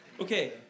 Okay